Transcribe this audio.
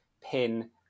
pin